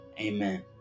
Amen